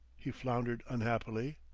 he floundered unhappily.